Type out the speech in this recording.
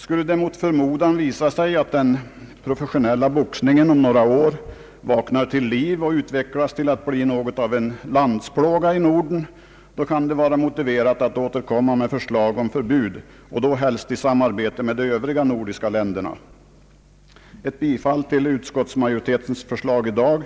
Skulle det mot förmodan visa sig att den professionella boxningen om några år vaknar till liv och utvecklas till att bli något av en landsplåga i Norden, kan det vara motiverat att återkomma med förslag om förbud och då helst i samarbete med de övriga nordiska länderna. Ett bifall till utskottsmajoritetens förslag i dag